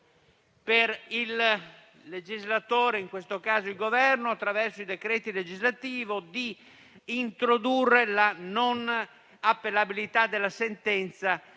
per il legislatore, in questo caso per il Governo attraverso il decreto legislativo, di introdurre la non appellabilità della sentenza